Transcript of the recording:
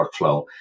workflow